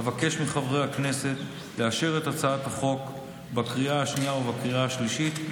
אבקש מחברי הכנסת לאשר את הצעת החוק בקריאה השנייה והקריאה השלישית,